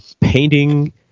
painting